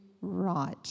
right